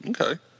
Okay